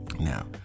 Now